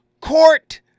Court